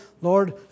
Lord